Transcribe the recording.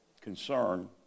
concern